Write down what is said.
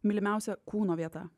mylimiausia kūno vieta